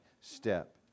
step